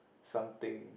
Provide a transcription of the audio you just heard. something